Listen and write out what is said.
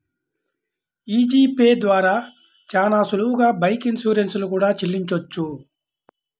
యీ G Pay ద్వారా చానా సులువుగా బైక్ ఇన్సూరెన్స్ లు కూడా చెల్లించొచ్చు